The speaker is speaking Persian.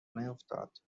نیفتاد